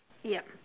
yup